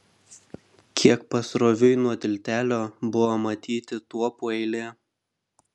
kiek pasroviui nuo tiltelio buvo matyti tuopų eilė